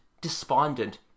despondent